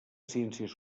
ciències